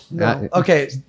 okay